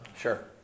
Sure